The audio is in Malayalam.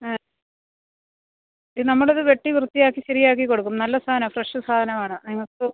ആ ഇത് നമ്മൾ ഇത് വെട്ടി വൃത്തിയാക്കി ശരിയാക്കി കൊടുക്കും നല്ല സാധനാണ് ഫ്രഷ് സാധനമാണ് നിങ്ങക്ക്